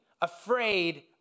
afraid